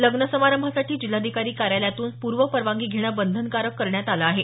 लग्नसमारभासाठी जिल्हाधिकारी कार्यालयातून पूर्व परवानगी घेणं बंधनकारक करण्यात आलं आहे